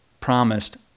promised